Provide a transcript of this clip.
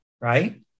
Right